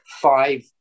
five